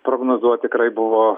prognozuot tikrai buvo